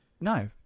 no